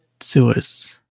sewers